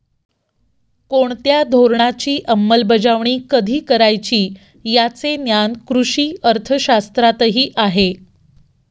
कोणत्या धोरणाची अंमलबजावणी कधी करायची याचे ज्ञान कृषी अर्थशास्त्रातही आहे